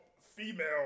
female